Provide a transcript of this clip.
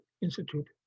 institute